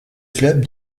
club